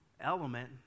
element